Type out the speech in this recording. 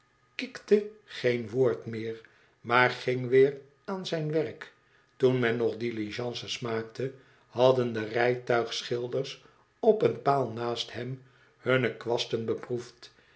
kikte geen woord meer maar ging weer aan zijn werk toen men nog diligences maakte hadden de rijtuigschilders op een paal naast hem hunne kwasten beproefd